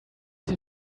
you